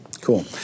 Cool